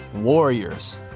Warriors